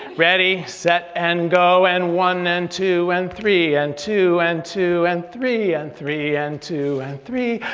ready, set, and go. and one, and two, and three and two, and two, and three, and three, and two, and three,